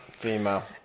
female